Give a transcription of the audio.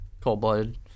Cold-blooded